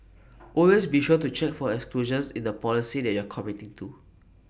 always be sure to check for exclusions in the policy that you are committing to